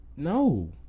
No